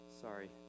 Sorry